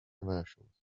commercials